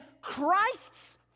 Christ's